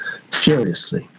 furiously